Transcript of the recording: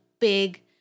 big